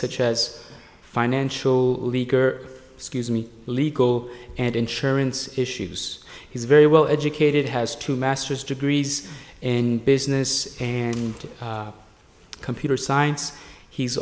such as a financial leader scuse me legal and insurance issues he's very well educated has two masters degrees and business and computer science he's